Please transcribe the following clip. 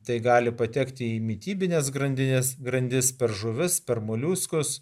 tai gali patekti į mitybinės grandinės grandis per žuvis per moliuskus